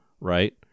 right